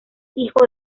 hijo